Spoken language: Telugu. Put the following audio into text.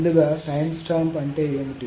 ముందుగా టైమ్స్టాంప్ అంటే ఏమిటి